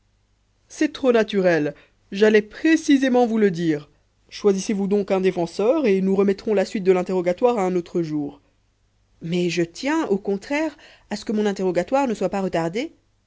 c'est trop naturel et j'allais précisément vous le dire choisissez vous donc un défenseur et nous remettrons la suite de l'interrogatoire à un autre jour mais je tiens au contraire à ce que mon interrogatoire ne soit pas retardé